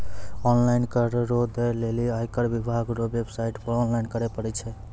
online कर रो दै लेली आयकर विभाग रो वेवसाईट पर लॉगइन करै परै छै